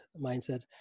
mindset